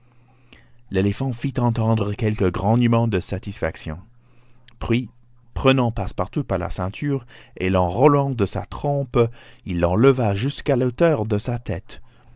l'éléphant fit entendre quelques grognement de satisfaction puis prenant passepartout par la ceinture et l'enroulant de sa trompe il l'enleva jusqu'à la hauteur de sa tête